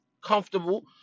comfortable